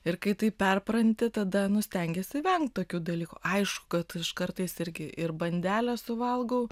ir kai tai perpranti tada nu stengiesi vengt tokių dalykų aišku kad aš kartais irgi ir bandelę suvalgau